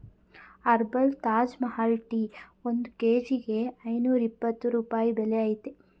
herbal Taj Mahal tea ಒಂದ್ ಕೇಜಿಗೆ ಐನೂರ್ಯಪ್ಪತ್ತು ರೂಪಾಯಿ ಬೆಲೆ ಅಯ್ತೇ